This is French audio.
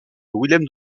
willem